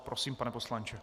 Prosím, pane poslanče.